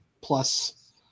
plus